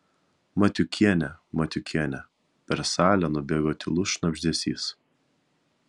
matiukienė matiukienė per salę nubėgo tylus šnabždesys